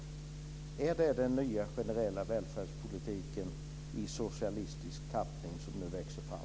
Är det den nya generella välfärdspolitiken i socialistisk tappning som nu växer fram?